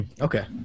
Okay